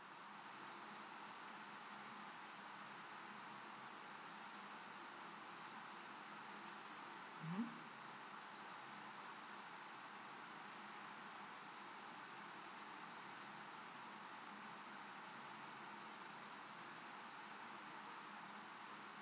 mm